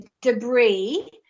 debris